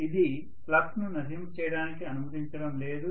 ఇది ఫ్లక్స్ను నశింప చేయడానికి అనుమతించడం లేదు